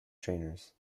trainers